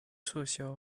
撤销